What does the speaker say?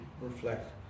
reflect